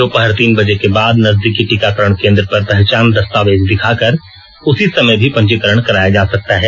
दोपहर तीन बजे के बाद नजदीकी टीकाकरण केन्द्र पर पहचान दस्तावेज दिखाकर उसी समय भी पंजीकरण कराया जा सकता है